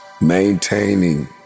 maintaining